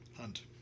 Hunt